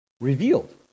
revealed